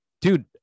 dude